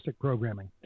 programming